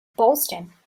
boston